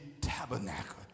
tabernacle